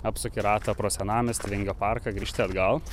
apsuki ratą pro senamiestį vingio parką grįžti atgal